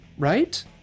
Right